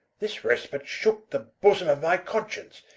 this respite shooke the bosome of my conscience,